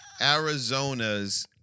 Arizona's